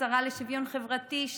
השרה לשוויון חברתי,